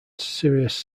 sirius